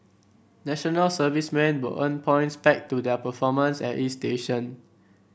National Servicemen will earn points pegged to their performance at each station